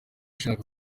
ishaka